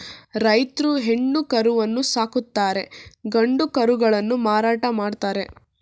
ರೈತ್ರು ಹೆಣ್ಣು ಕರುವನ್ನು ಸಾಕುತ್ತಾರೆ ಗಂಡು ಕರುಗಳನ್ನು ಮಾರಾಟ ಮಾಡ್ತರೆ